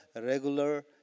regular